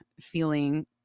feeling